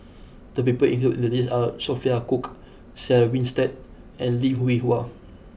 the people included in the list are Sophia Cooke Sarah Winstedt and Lim Hwee Hua